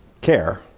Care